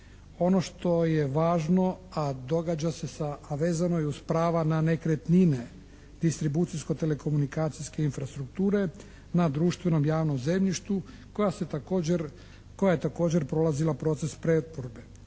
ono što je važno, a događa se sa, a vezano je uz prava na nekretnine distribucijsko-telekomunikacijske infrastrukture na društvenom javnom zemljištu koja se također, koja je također prolazila proces pretvorbe.